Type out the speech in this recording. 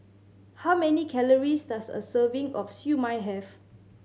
how many calories does a serving of Siew Mai have